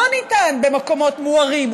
לא ניתן במקומות מוארים,